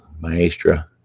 maestra